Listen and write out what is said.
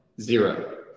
Zero